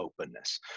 openness